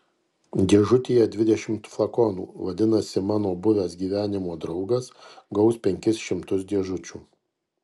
dėžutėje dvidešimt flakonų vadinasi mano buvęs gyvenimo draugas gaus penkis šimtus dėžučių